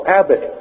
Abbot